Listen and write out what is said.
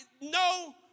no